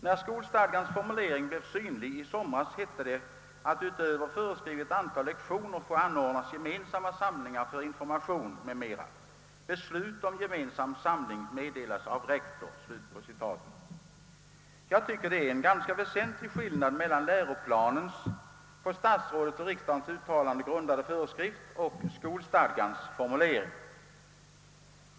När skolstadgans formulering blev synlig i somras hette det: »Utöver föreskrivet antal lektioner få anordnas gemensamma samlingar för information m.m. Beslut om Jag tycker det är en ganska väsentlig skillnad mellan läroplanens på statsrådets och riksdagens uttalande grundade föreskrift och skolstadgans formulering.